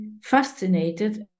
fascinated